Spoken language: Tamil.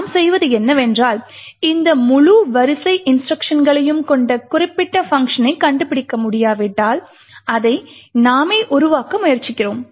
நாம் செய்வது என்னவென்றால் இந்த முழு வரிசை இன்ஸ்ட்ருக்ஷன்களைக் கொண்ட குறிப்பிட்ட பங்க்ஷனைக் கண்டுபிடிக்க முடியாவிட்டால் அதை நாமே உருவாக்க முயற்சிக்கிறோம்